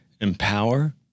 empower